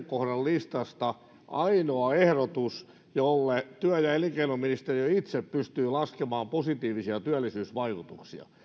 kohdan listasta ainoa ehdotus jolle työ ja elinkeinoministeriö itse pystyi laskemaan positiivisia työllisyysvaikutuksia